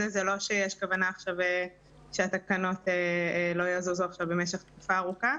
זה לא שיש כוונה עכשיו לא יזוזו במשך תקופה ארוכה.